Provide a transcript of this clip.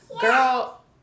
girl